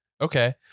okay